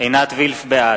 כל הכבוד.